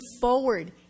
forward